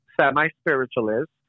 semi-spiritualist